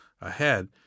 ahead